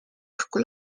õhku